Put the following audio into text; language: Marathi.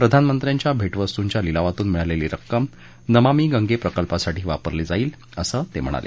प्रधानमंत्र्यांच्या भेटवस्तूच्या लिलावातून मिळालेली रक्कम नमामी गंगे प्रकल्पासाठी वापरली जाईल असं ते म्हणाले